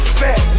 fat